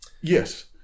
Yes